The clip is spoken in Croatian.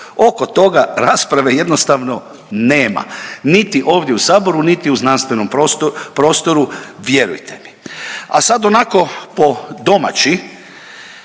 Oko toga rasprave jednostavno nema niti ovdje u saboru, niti u znanstvenom prostoru vjerujte mi. A sad onako po domaći,